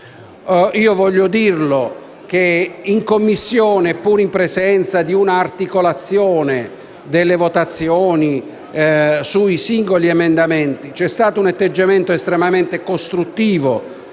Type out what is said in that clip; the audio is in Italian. Ricordo che in Commissione, pur in presenza di articolate votazioni sui singoli emendamenti, si è tenuto un atteggiamento estremamente costruttivo